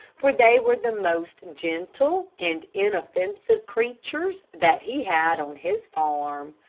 for they were the most gentle and inoffensive creatures that he had on his farm.